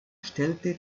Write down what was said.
stellte